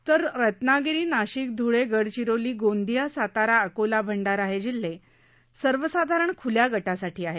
तर रत्नागिरी नाशिक ध्वळे गडचिरोली गोंदिया सातारा अकोला भंडारा हे जिल्हे सर्वसाधारण खुल्या गटात आहेत